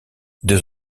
deux